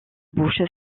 bouche